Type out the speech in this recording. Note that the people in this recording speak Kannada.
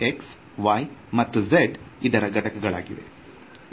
x y ಮತ್ತು z ಇದರ ಘಟಕಗಳಾಗಿವೆ